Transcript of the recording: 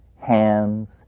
hands